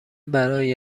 برای